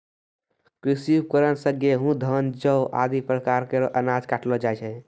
कृषि उपकरण सें गेंहू, धान, जौ आदि प्रकार केरो अनाज काटलो जाय छै